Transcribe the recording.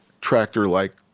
tractor-like